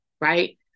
right